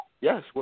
Yes